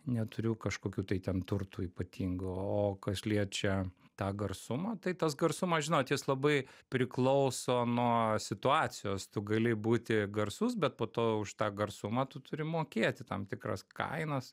neturiu kažkokių tai ten turtų ypatingų o kas liečia tą garsumą tai tas garsumas žinot jis labai priklauso nuo situacijos tu gali būti garsus bet po to už tą garsumą tu turi mokėti tam tikras kainas